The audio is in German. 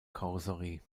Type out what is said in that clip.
karosserie